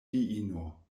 diino